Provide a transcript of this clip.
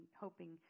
hoping